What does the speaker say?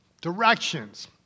Directions